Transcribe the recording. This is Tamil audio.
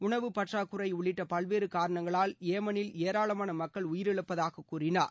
உணவு பற்றாக்குறை உள்ளிட்ட பல்வேறு காரணங்களால் ஏமனில் ஏராளமான மக்கள் உயிரழப்பதாக கூறினார்